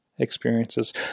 experiences